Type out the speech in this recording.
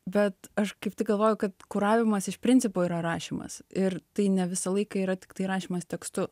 bet aš kaip tik galvoju kad kuravimas iš principo yra rašymas ir tai ne visą laiką yra tiktai rašymas tekstu